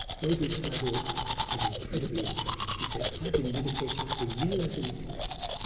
webu sayadaw is incredibly impressed. he said, i've been meditating for years in the forest